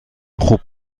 خوب